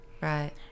Right